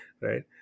right